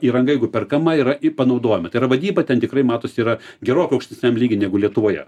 įranga jeigu perkama yra ji panaudojama tai yra vadyba ten tikrai matosi yra gerokai aukštesniam lygy negu lietuvoje